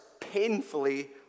painfully